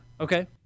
Okay